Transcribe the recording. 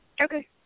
Okay